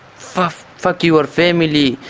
fuck fuck your family.